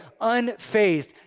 unfazed